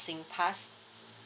singpass